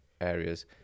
areas